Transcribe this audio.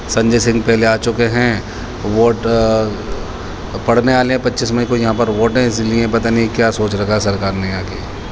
سنجے سنگھ پہلے آ چکے ہیں ووٹ پڑنے والے ہیں پچیس مئی کو یہاں پر ووٹ ہیں اس لیے پتا نہیں کیا سوچ رکھا ہے سرکار نے یہاں کی